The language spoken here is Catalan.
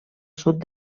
sud